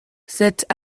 cet